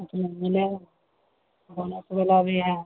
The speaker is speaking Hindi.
उतना मिलेगा बोनस वाला भी है